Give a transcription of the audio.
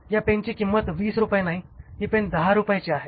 या पेनची किंमत 20 रुपये नाही ही पेन 10 रुपयाची आहे